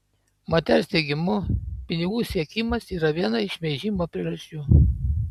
moters teigimu pinigų siekimas yra viena iš šmeižimo priežasčių